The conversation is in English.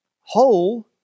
Whole